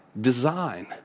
design